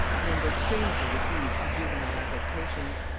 mingled strangely with these her juvenile affectations.